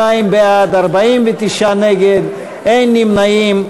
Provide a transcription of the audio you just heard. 32 בעד, 49 נגד, אין נמנעים.